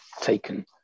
taken